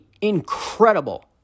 incredible